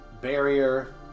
barrier